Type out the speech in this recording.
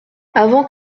avant